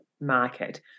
market